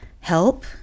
help